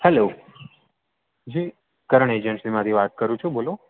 hello ji Karan એજન્સીમાંથી વાત કરું છું બોલો